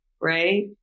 right